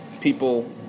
people